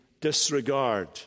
disregard